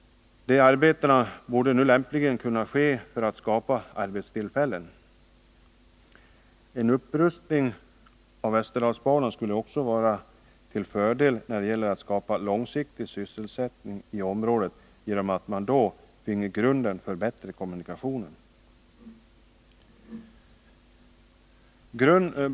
De arbetena borde nu lämpligen kunna sättas i gång för att skapa arbetstillfällen. En upprustning av Västerdalsbanan skulle också vara till fördel när det gäller att skapa långsiktig sysselsättning i området genom att man då fick bättre kommunikationer.